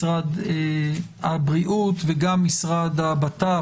משרד הבריאות וגם משרד הבט"פ,